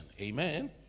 Amen